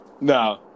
No